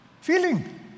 Feeling